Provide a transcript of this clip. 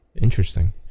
Interesting